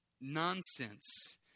nonsense